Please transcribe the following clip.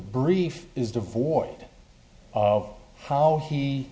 brief is devoid of how he